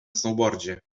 snowboardzie